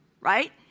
right